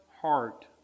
heart